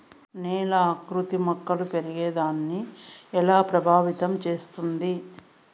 నేల ఆకృతి మొక్కలు పెరిగేదాన్ని ఎలా ప్రభావితం చేస్తుంది?